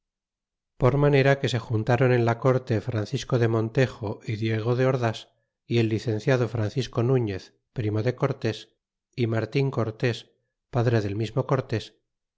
por manera que se juntron en la'corte francisco de montejo y diego de ordas y el licenciado francisco nuñez primo de cortes y martin cortés padre del mismo cortés